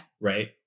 Right